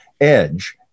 edge